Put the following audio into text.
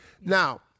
Now